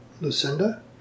Lucinda